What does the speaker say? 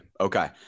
Okay